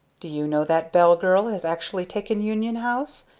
do you know that bell girl has actually taken union house?